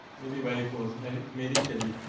may be wife was may may be shell he,